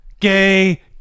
Gay